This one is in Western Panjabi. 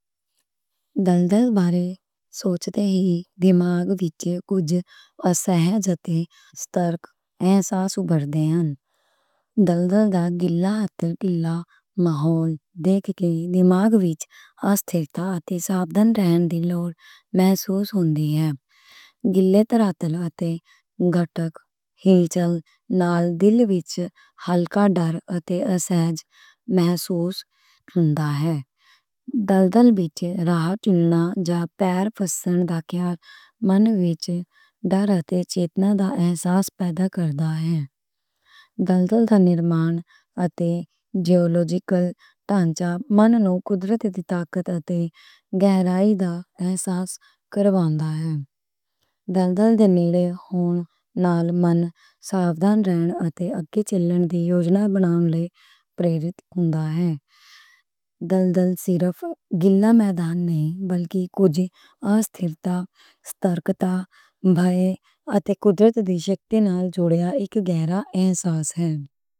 اے تھ ایل موری سو تھا تے، تھےمگ بجی کوا اوس اہز، تھیسٹوکسول سو، پیربینل لگ جی لائج، تھے تھیل لوٹے ککلی لی لاب وکاز، تھا توٹھس اوبتا ڑیناں، تھی لوم ایسوز جھل تھی اے جی۔ لیٹرا پتلَتی جاتُک ہیتھ لال جیلی بٹھ ہال کاتھ، ٹیلسیز muscles from bye about a. Bike آراؤل تھی لانجھے، بیر پرسنٹ کے مانی، اتھی دوروتھی خیتھ، میں آء از سپیکٹکل۔ اوایل تھل تھونیا مانتے، جیلتھکا تیانا مانیا، اکریتے تھا تاکتے جیریتا اے، ایسوز کرنٹ ایج۔ والتا تھے ملی ہوم لائل لمنس وائل تین اے، تھےیا کِتھا لُتھی جولو بَلونگلی، پریتھ تولا تاں اویا، صرف فلمِنگ، ویل جِک وُگی آسکتھتا اسٹکٹا مجاج، تھِک وال دوتا لیک ایکٹھی تھیوری اکا جیرہ ایسو اے زم۔